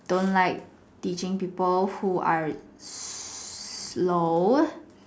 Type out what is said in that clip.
don't like teaching people who are slow